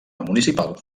municipal